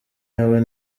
nawe